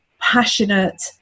passionate